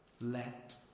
Let